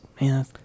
man